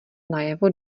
najevo